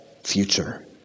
future